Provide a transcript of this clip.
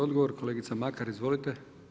Odgovor kolegica Makar, izvolite.